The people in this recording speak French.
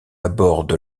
aborde